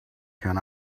can